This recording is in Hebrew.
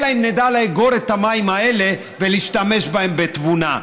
אלא אם כן נדע לאגור את המים האלה ולהשתמש בהם בתבונה.